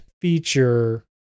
feature